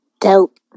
Dope